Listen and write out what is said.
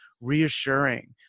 reassuring